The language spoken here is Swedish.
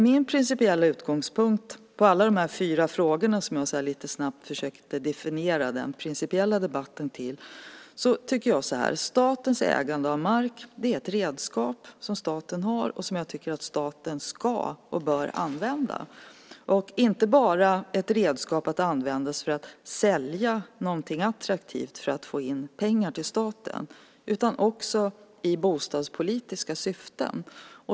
Min principiella utgångspunkt för alla de fyra frågor som jag lite snabbt försökte definiera den principiella debatten med är den här: Statens ägande av mark är ett redskap som staten har och som staten ska och bör använda, inte bara för att sälja någonting attraktivt för att få in pengar till staten utan också i bostadspolitiska syften.